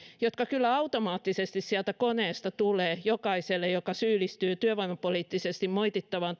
jotka kyllä automaattisesti sieltä koneesta tulevat jokaiselle joka syyllistyy työvoimapoliittisesti moitittavaan